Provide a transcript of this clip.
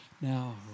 Now